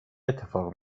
اتفاق